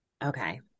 Okay